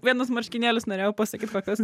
vienus marškinėlius norėjau pasakyt kokius